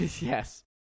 Yes